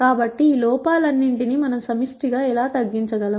కాబట్టి ఈ లోపాలన్నింటినీ మనం సమిష్టి గా ఎలా తగ్గించగలం